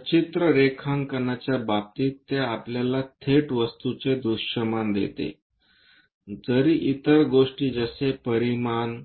सचित्र रेखांकनाच्या बाबतीत ते आपल्याला थेट वस्तूचे दृश्यमान देते जरी इतर गोष्टी जसे परिमाण